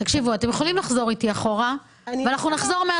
קראתי את זה